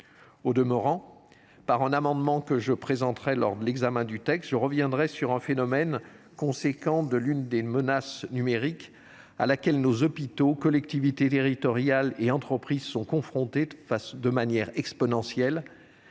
Au demeurant, par un amendement que je présenterai lors de l’examen du texte, je reviendrai sur un phénomène conséquent de l’une des menaces numériques, à laquelle nos hôpitaux, collectivités territoriales et entreprises sont confrontés de manière exponentielle